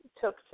took